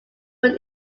but